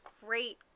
great